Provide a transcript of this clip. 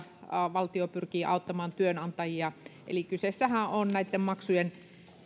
valtio pyrkii auttamaan työnantajia eli kysehän on näitten maksujen